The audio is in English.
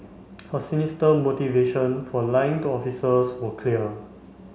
her sinister motivation for lying to officers was clear